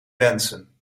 wensen